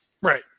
Right